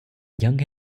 young